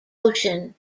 ocean